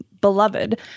beloved